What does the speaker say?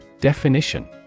Definition